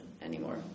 anymore